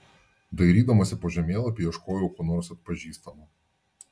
dairydamasi po žemėlapį ieškojau ko nors atpažįstamo